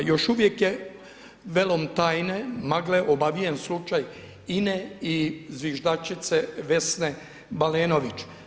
Još uvijek je velom tajne, magle obavijen slučaj INE i zviždačice Vesne Balenović.